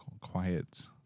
quiet